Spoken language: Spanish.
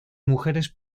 mujeres